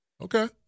Okay